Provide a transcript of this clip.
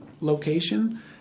location